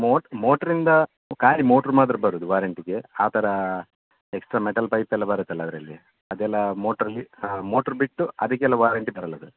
ಮೋಟ್ ಮೋಟ್ರಿಂದ ಖಾಲಿ ಮೋಟ್ರು ಮಾತ್ರ ಬರುವುದು ವಾರಂಟಿಗೆ ಆ ಥರ ಎಕ್ಸ್ಟ್ರಾ ಮೆಟಲ್ ಪೈಪೆಲ್ಲ ಬರುತ್ತಲ್ವ ಅದರಲ್ಲಿ ಅದೆಲ್ಲ ಮೋಟ್ರಲ್ಲಿ ಮೋಟ್ರು ಬಿಟ್ಟು ಅದಕ್ಕೆಲ್ಲ ವಾರಂಟಿ ಬರೋಲ್ಲ ಸರ್